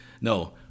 No